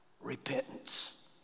Repentance